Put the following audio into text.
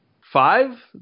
five